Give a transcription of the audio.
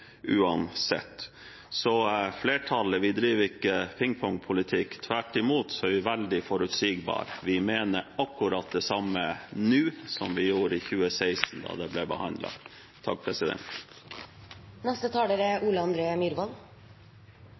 uansett. Så flertallet driver ikke pingpongpolitikk – tvert imot er vi veldig forutsigbare. Vi mener akkurat det samme nå som vi gjorde da det ble behandlet i 2016. Jeg vil støtte foregående taler. Det er